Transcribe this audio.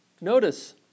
Notice